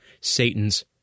Satan's